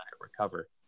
recover